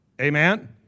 Amen